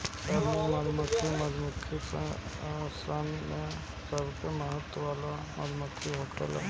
श्रमिक मधुमक्खी मधुमक्खी सन में सबसे महत्व वाली मधुमक्खी होखेले